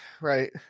right